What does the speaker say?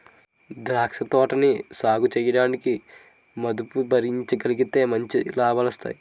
ద్రాక్ష తోటలని సాగుచేయడానికి మదుపు భరించగలిగితే మంచి లాభాలొస్తాయి